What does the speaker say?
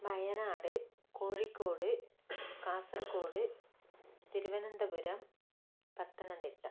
Wayanad Kozhikode Kasaragod Thiruvananthapuram Pathanamthitta